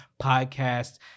podcast